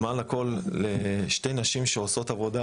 ומעל הכול לשתי הנשים שעושות את העבודה,